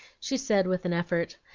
she said with an effort,